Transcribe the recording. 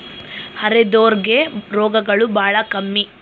ಅರೆದೋರ್ ಗೆ ರೋಗಗಳು ಬಾಳ ಕಮ್ಮಿ